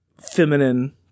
feminine